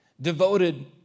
devoted